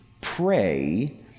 pray